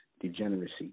degeneracy